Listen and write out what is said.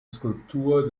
skulptur